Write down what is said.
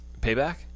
Payback